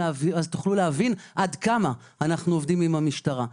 להבין עד כמה אנחנו עובדים עם המשטרה.